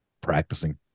practicing